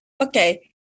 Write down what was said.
Okay